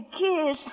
kiss